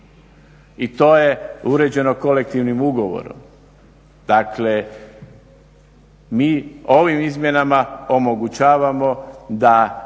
i to je uređeno kolektivnim ugovorom. Dakle mi ovim izmjenama omogućavamo da